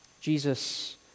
Jesus